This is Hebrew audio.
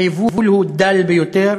היבול הוא דל ביותר,